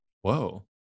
Whoa